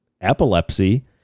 epilepsy